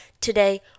Today